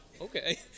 okay